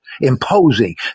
Imposing